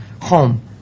home